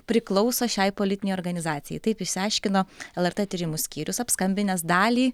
priklauso šiai politinei organizacijai taip išsiaiškino lrt tyrimų skyrius apskambinęs dalį